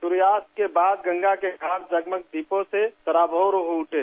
सूर्यास्त के बाद गंगा के घाट जगमग दीपों से सराबोर हो उठे